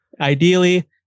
Ideally